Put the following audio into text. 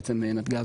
בעצם נתג"ז